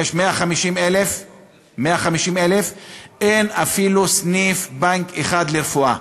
150,000 תושבים ואין אפילו סניף בנק אחד לרפואה.